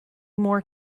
more